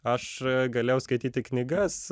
aš galėjau skaityti knygas